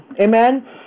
amen